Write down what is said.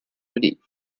relief